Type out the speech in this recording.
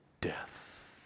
death